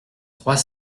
trois